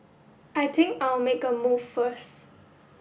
I think I'll make a move first